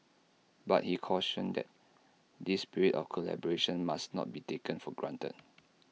but he cautioned that this spirit of collaboration must not be taken for granted